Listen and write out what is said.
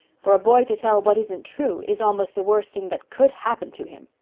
for a boy to tell what isn't true is almost the worst thing that could happen to him.